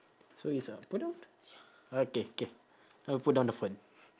so it's a put down okay K uh put down the phone